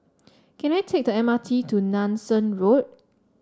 can I take the M R T to Nanson Road